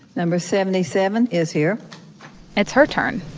number seventy seven is here it's her turn